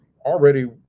already